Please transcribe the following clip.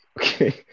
Okay